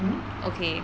hmm